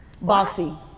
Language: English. Bossy